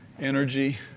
energy